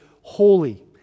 holy